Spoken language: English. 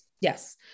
Yes